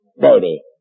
Baby